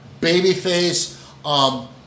babyface